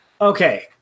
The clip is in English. Okay